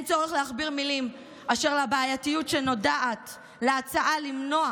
אין צורך להכביר מילים באשר לבעייתיות שנודעת להצעה למנוע